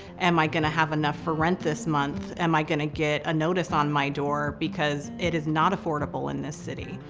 am i gonna have enough for rent this month? am i gonna get a notice on my door? because it is not affordable in this city.